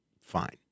fine